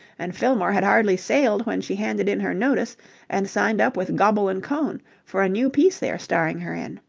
and fillmore had hardly sailed when she handed in her notice and signed up with goble and cohn for a new piece they are starring her in.